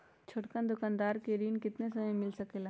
छोटकन दुकानदार के ऋण कितने समय मे मिल सकेला?